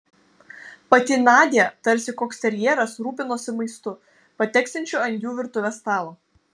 pati nadia tarsi koks terjeras rūpinosi maistu pateksiančiu ant jų virtuvės stalo